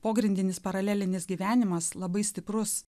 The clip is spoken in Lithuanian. pogrindinis paralelinis gyvenimas labai stiprus